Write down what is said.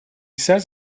says